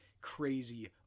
crazy